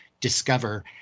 discover